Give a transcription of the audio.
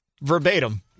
Verbatim